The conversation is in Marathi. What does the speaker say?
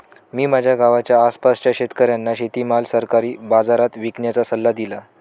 मी माझ्या गावाच्या आसपासच्या शेतकऱ्यांना शेतीमाल सरकारी बाजारात विकण्याचा सल्ला दिला